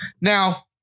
Now